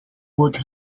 would